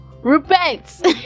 repent